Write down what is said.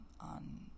on